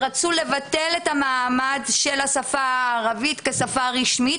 רצו לבטל את מעמד השפה הערבית כשפה רשמית,